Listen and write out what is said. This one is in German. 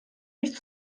nicht